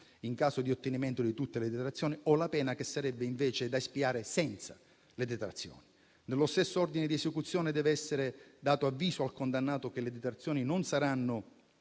in caso di ottenimento di tutte le detrazioni, o la pena che sarebbe invece da espiare senza le detrazioni. Nello stesso ordine di esecuzione, deve essere dato avviso al condannato che le detrazioni non saranno